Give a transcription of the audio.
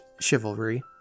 chivalry